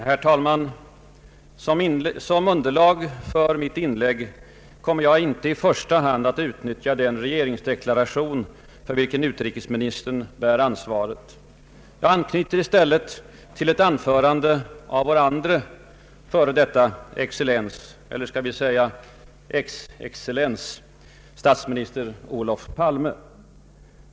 Herr talman! Som underlag för mitt inlägg kommer jag inte i första hand att utnyttja den regeringsdeklaration för vilken utrikesministern bär ansvaret. Jag anknyter i stället till ett anförande av vår andra f. d. excellens — eller skall vi kanske säga ex-excellens — statsminister Olof Palme.